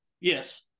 Yes